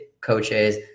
coaches